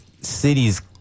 cities